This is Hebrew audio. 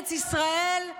ארץ ישראל,